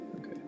Okay